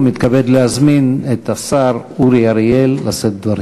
ומתכבד להזמין את השר אורי אריאל לשאת דברים.